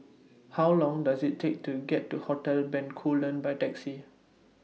How Long Does IT Take to get to Hotel Bencoolen By Taxi